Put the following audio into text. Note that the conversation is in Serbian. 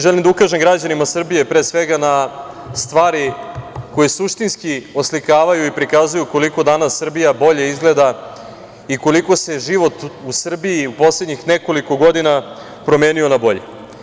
Želim da ukažem građanima Srbije, pre svega, na stvari koje suštinski oslikavaju i prikazuju koliko danas Srbija bolje izgleda i koliko se život u Srbiji u poslednjih nekoliko godina promenio na bolje.